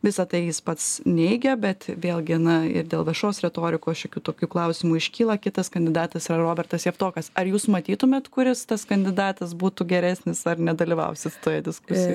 visa tai jis pats neigia bet vėlgi na ir dėl viešos retorikos šiokių tokių klausimų iškyla kitas kandidatas yra robertas javtokas ar jūs matytumėte kuris tas kandidatas būtų geresnis ar nedalyvausit toje diskusijoj